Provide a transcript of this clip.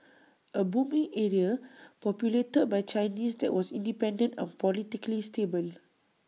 A booming area populated by Chinese that was independent and politically stable